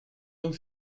donc